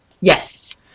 Yes